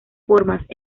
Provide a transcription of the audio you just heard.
formas